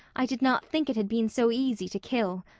i did not think it had been so easy to kill.